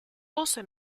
also